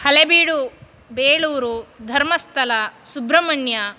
Halebidu Belur Dharmasthala Subrahmanya